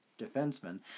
defenseman